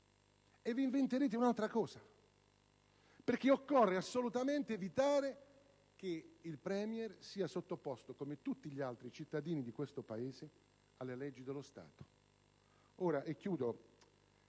e vi inventerete un'altra cosa perché occorre assolutamente evitare che il *Premier* sia sottoposto, come tutti gli altri cittadini di questo Paese, alle leggi dello Stato.